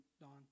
don